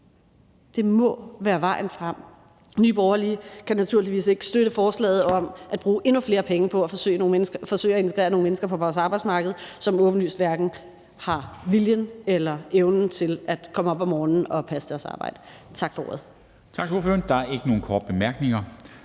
Det må være vejen frem. Nye Borgerlige kan naturligvis ikke støtte forslaget om at bruge endnu flere penge på at forsøge at integrere nogle mennesker på vores arbejdsmarked, som åbenlyst hverken har viljen eller evnen til at komme op om morgenen og passe deres arbejde. Tak for ordet.